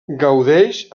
gaudeix